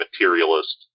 materialist